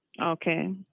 Okay